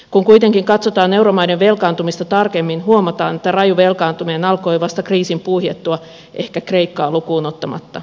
kun kuitenkin katsotaan euromaiden velkaantumista tarkemmin huomataan että raju velkaantuminen alkoi vasta kriisin puhjettua ehkä kreikkaa lukuun ottamatta